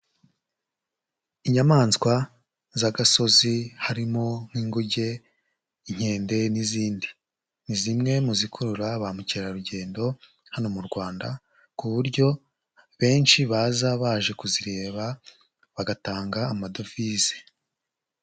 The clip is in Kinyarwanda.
Inyamaswa z'agasozi harimo nk'inguge, inkende n'izindi, ni zimwe mu zikurura ba mukerarugendo hano mu Rwanda, ku buryo benshi baza baje kuzireba bagatanga amadovize.